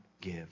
give